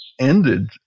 ended